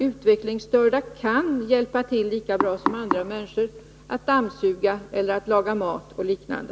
Utvecklingsstörda kan, lika bra som andra människor, hjälpa till med att dammsuga, laga mat och liknande.